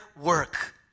work